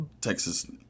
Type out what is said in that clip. texas